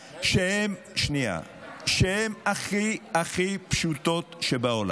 שהן הכי הכי פשוטות שבעולם.